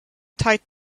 tight